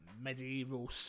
medieval